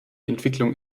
entwicklung